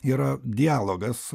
yra dialogas